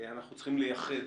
אנחנו צריכים לייחד